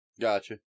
Gotcha